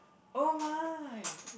oh my